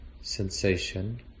sensation